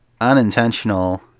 unintentional